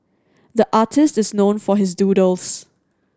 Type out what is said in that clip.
the artist is known for his doodles